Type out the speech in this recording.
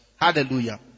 Hallelujah